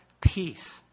peace